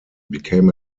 became